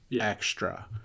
extra